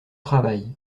travail